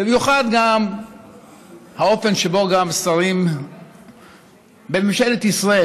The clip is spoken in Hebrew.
במיוחד גם האופן שבו גם שרים בממשלת ישראל,